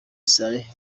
saleh